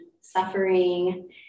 suffering